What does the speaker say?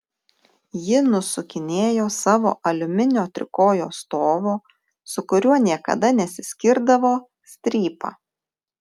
ji nusukinėjo savo aliumininio trikojo stovo su kuriuo niekada nesiskirdavo strypą